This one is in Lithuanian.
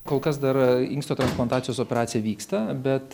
kol kas dar inksto transplantacijos operacija vyksta bet